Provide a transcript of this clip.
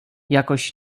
jakoś